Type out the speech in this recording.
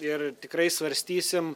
ir tikrai svarstysim